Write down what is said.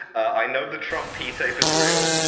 i know the trump pee tape is real,